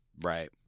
Right